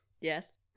Yes